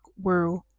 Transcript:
world